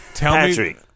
Patrick